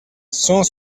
cent